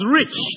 rich